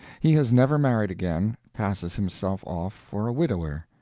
he has never married again passes himself off for a widower.